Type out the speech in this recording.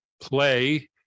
play